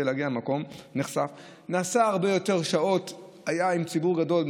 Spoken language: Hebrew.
הוא היה הרבה יותר שעות עם ציבור גדול,